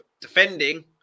defending